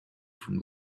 from